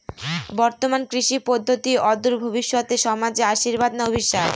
বর্তমান কৃষি পদ্ধতি অদূর ভবিষ্যতে সমাজে আশীর্বাদ না অভিশাপ?